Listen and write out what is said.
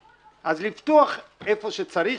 אז לפתוח איפה שצריך,